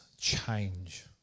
change